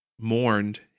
mourned